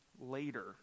later